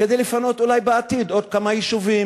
כדי לפנות אולי בעתיד עוד כמה יישובים,